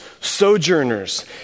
sojourners